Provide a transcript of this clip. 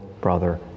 brother